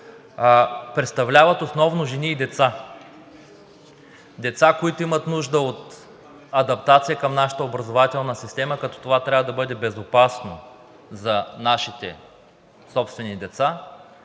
представляват основно жени и деца. Деца, които имат нужда от адаптация към нашата образователна система, като това трябва да бъде безопасно за нашите собствени деца